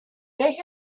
they